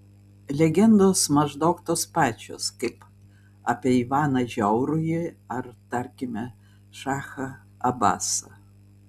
legendos maždaug tos pačios kaip apie ivaną žiaurųjį ar tarkime šachą abasą